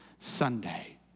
Sunday